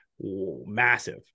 massive